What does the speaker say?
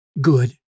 good